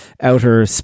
outer